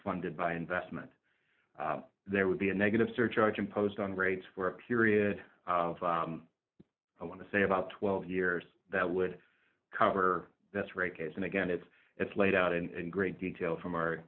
funded by investment there would be a negative surcharge imposed on rates for a period of i want to say about twelve years that would cover this rate case and again it's it's laid out in great detail from our